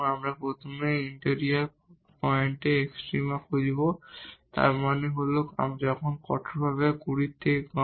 আমরা প্রথমে ইন্টেরিয়র পয়েন্টে এক্সট্রমা খুঁজব এর মানে হল যখন কঠোরভাবে 20 এর কম